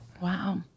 Wow